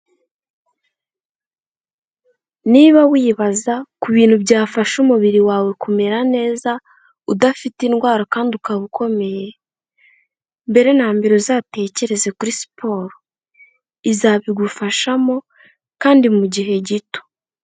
Niba wibaza ku bintu byafasha umubiri wawe kumera neza udafite indwara kandi ukaba ukomeye, mbere na mbere uzatekereze kuri siporo, izabigufashamo kandi mu gihe gito.